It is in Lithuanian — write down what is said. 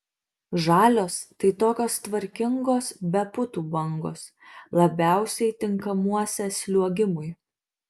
žalios tai tokios tvarkingos be putų bangos labiausiai tinkamuose sliuogimui